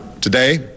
Today